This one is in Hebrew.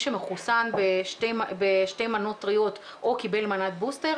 שמחוסן בשתי מנות טריות או קיבל מנת בוסטר,